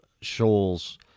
shoals